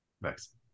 Nice